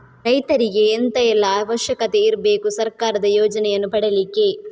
ರೈತರಿಗೆ ಎಂತ ಎಲ್ಲಾ ಅವಶ್ಯಕತೆ ಇರ್ಬೇಕು ಸರ್ಕಾರದ ಯೋಜನೆಯನ್ನು ಪಡೆಲಿಕ್ಕೆ?